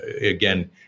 again